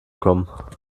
kommen